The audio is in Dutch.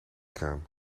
kraan